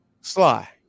Sly